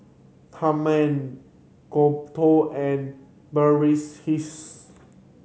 Tharman Gouthu and Verghese